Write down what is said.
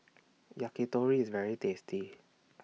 Yakitori IS very tasty